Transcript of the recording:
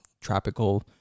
tropical